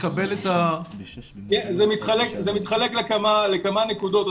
זה מתחלק לכמה נקודות.